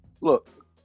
look